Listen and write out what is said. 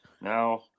now